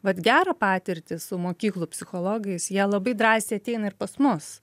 vat gerą patirtį su mokyklų psichologais jie labai drąsiai ateina ir pas mus